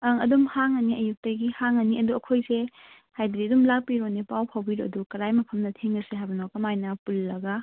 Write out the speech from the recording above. ꯑꯪ ꯑꯗꯨꯝ ꯍꯥꯡꯉꯅꯤ ꯑꯌꯨꯛꯇꯒꯤ ꯍꯥꯡꯉꯅꯤ ꯑꯗꯨ ꯑꯩꯈꯣꯏꯁꯦ ꯍꯥꯏꯗꯤ ꯑꯗꯨꯝ ꯂꯥꯛꯄꯤꯔꯣꯅꯦ ꯄꯥꯎ ꯐꯥꯎꯕꯤꯔꯣ ꯑꯗꯨꯒ ꯀꯔꯥꯏ ꯃꯐꯝꯗ ꯊꯦꯡꯅꯁꯤ ꯍꯥꯏꯕꯅꯣ ꯀꯃꯥꯏꯅ ꯄꯨꯜꯂꯒ